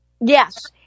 Yes